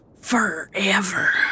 forever